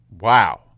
Wow